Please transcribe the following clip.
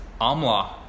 amla